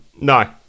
No